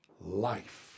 Life